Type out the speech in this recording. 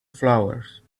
flowers